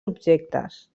objectes